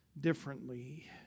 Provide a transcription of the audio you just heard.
differently